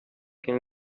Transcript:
can